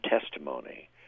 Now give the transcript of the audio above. testimony—